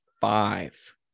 five